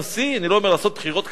אני לא אומר לעשות בחירות כלליות,